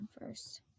first